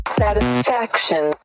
satisfaction